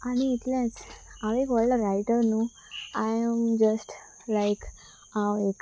आनी इतलेंच हांव एक व्हडलो रायटर न्हू आय जस्ट लायक हांव एक